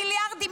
מיליארדים,